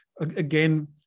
again